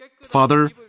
Father